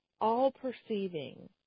all-perceiving